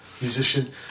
musician